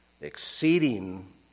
exceeding